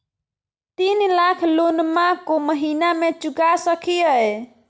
तीन लाख लोनमा को महीना मे चुका सकी हय?